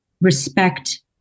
respect